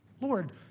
Lord